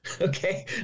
okay